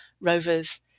rovers